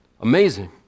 Amazing